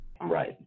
Right